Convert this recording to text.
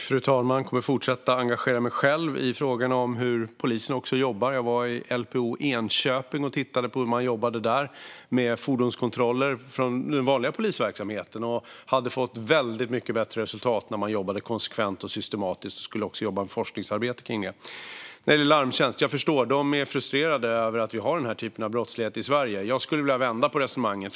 Fru talman! Jag kommer att fortsätta att engagera mig själv i frågan om hur polisen jobbar. Jag var i LPO Enköping och tittade på hur man jobbade där med fordonskontroller från den vanliga polisverksamheten. De hade fått väldigt mycket bättre resultat när de jobbade konsekvent och systematiskt, och de skulle också jobba med forskningsarbete om det. När det gäller Larmtjänst förstår jag att de är frustrerade över att vi har den här typen av brottslighet i Sverige. Jag skulle vilja vända på resonemanget.